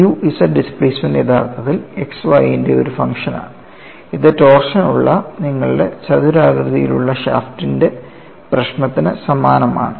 U z displacement യഥാർത്ഥത്തിൽ x y ന്റെ ഒരു ഫംഗ്ഷൻ ആണ് ഇത് ടോർഷന്നിലുള്ള നിങ്ങളുടെ ചതുരാകൃതിയിലുള്ള ഷാഫ്റ്റിന്റെ പ്രശ്നത്തിന് സമാനമാണ്